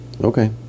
Okay